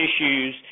issues